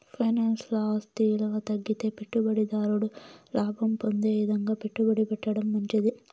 ఫైనాన్స్ల ఆస్తి ఇలువ తగ్గితే పెట్టుబడి దారుడు లాభం పొందే ఇదంగా పెట్టుబడి పెట్టడం మంచిది